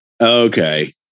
Okay